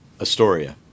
Astoria